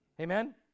amen